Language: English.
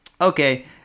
Okay